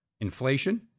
Inflation